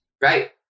Right